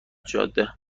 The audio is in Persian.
جاده